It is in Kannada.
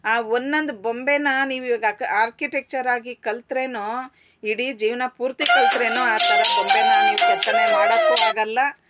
ಆ ಒನ್ನೊಂದು ಬೊಂಬೆ ನೀವು ಇವಾಗ ಆರ್ಕಿಟೆಕ್ಚರಾಗಿ ಕಲಿತ್ರೆನೂ ಇಡೀ ಜೀವನಪೂರ್ತಿ ಕಲಿತ್ರೆನು ಆ ಥರ ಬೊಂಬೆನ ನೀವು ಕೆತ್ತನೆ ಮಾಡೋಕ್ಕೂ ಆಗೋಲ್ಲ